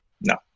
no